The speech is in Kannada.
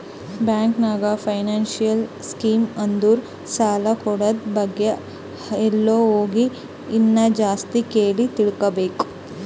ಬ್ಯಾಂಕ್ ನಾಗ್ ಫೈನಾನ್ಸಿಯಲ್ ಸ್ಕೀಮ್ ಅಂದುರ್ ಸಾಲ ಕೂಡದ್ ಬಗ್ಗೆ ಅಲ್ಲೇ ಹೋಗಿ ಇನ್ನಾ ಜಾಸ್ತಿ ಕೇಳಿ ತಿಳ್ಕೋಬೇಕು